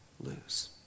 lose